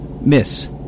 Miss